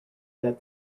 that